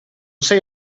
sei